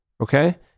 Okay